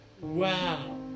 Wow